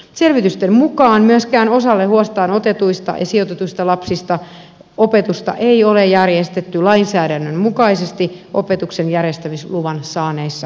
selvitysten mukaan myöskään osalle huostaan otetuista ja sijoitetuista lapsista opetusta ei ole järjestetty lainsäädännön mukaisesti opetuksen järjestämisluvan saaneissa kouluissa